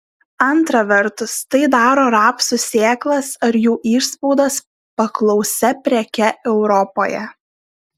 antra vertus tai daro rapsų sėklas ar jų išspaudas paklausia preke europoje